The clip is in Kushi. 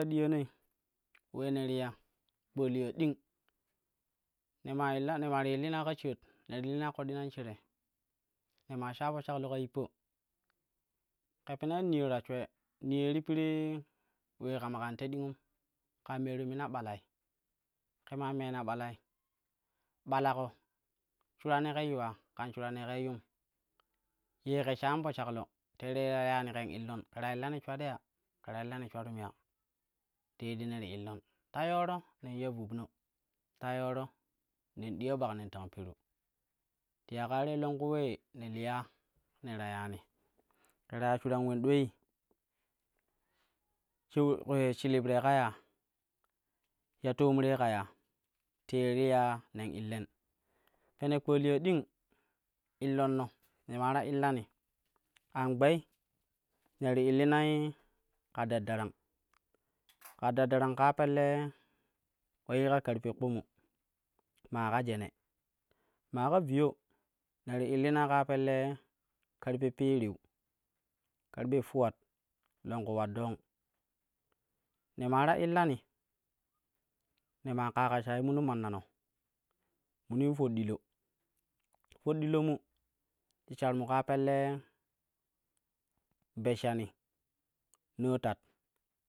Ta diyanai ulee ni ti ya kpaliya ding ne illa ne maa ti illina ka shaat, ne ti illinai ƙoɗɗi nan shire ne maa shaa po shaklo ka yippa ke pena niyo ta shwee niyo ye ti piree kama kan we dingum kaameeru mina ɓalai, ke maa meena ɓalai, ɓalaƙo shuran ye ƙe yuwa ƙan shuran ye ƙei yum ye ƙen shaan po shaklo teere ta ya yani ƙen illoi, ke ta illani shwat ya, ƙe ta illani shwatum ya, te yedde ne ti illon. Ta yooro nen ya vuvno, ta yooro nen diya ɓak nen tang peru, ti ya ƙaa tei longku ulee ne liya ne ta yani ƙe ta ya shuran ulen ɗwei, shau shilib roi ƙa ya, ya toomrei ƙa ya te ye ti ya nen illen. Pene ƙpaliya ding illanno ne maa taillani an gbei ne ti illinai ƙa daddarang, ƙa daddarang ƙa pelle ule yika karbe kpunu maa ka jene maa ƙa viyo, ne ti illinai ƙaa pelle ƙarɓe pereu, karbe fuwat longku ular dong. Ne maa ta illani ne maa ƙaaƙa shayi minin mannano munin foɗɗilo foɗɗilo mu ti sharmu ƙaa pelle beshshani naa tat.